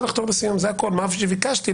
הממשלה משבשת,